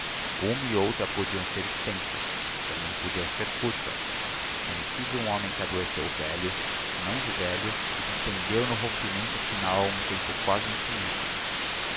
uma e outra podiam ser extensas também podiam ser curtas conheci um homem que adoeceu velho se não de velho e despendeu no rompimento final um tempo quase infinito